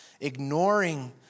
ignoring